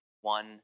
one